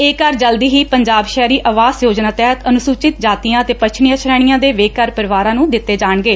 ਇੱਹ ਘਰ ਜਲਦੀ ਹੀ ਪੰਜਾਬ ਸ਼ਹਿਰੀ ਆਵਾਸ ਯੋਜਨਾ ਤਹਿਤ ਅਨੁਸੁਚਿਤ ਜਾਤੀਆਂ ਅਤੇ ਪੱਛਤੀਆਂ ਸ਼ੇਣੀਆਂ ਦੇ ਬੇਘਰ ਪਰਿਵਾਰਾਂ ਨੂੰ ਦਿੱਤੇ ਜਾਣਗੇ